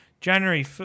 January